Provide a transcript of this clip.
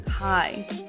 Hi